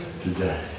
today